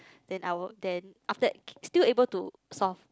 then I will then after that still able to solve